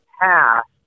past